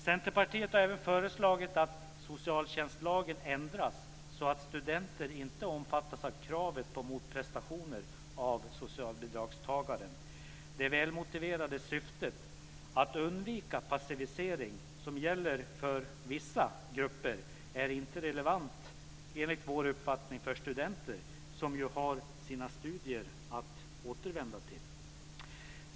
Centerpartiet har även föreslagit att socialtjänstlagen ändras så att studenter inte omfattas av kravet på motprestationer av socialbidragstagaren. Det välmotiverade syftet, att undvika passivisering, som gäller för vissa grupper är enligt vår uppfattning inte relevant för studenter som ju har sina studier att återvända till.